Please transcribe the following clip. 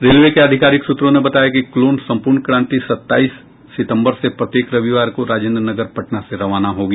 railway के आधिकारिक सूत्रों ने बताया कि क्लोन संपूर्णक्रांति सत्ताईस सितंबर से प्रत्येक रविवार को राजेंद्र नगर पटना से रवाना होगी